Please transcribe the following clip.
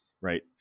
Right